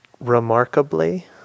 remarkably